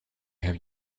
have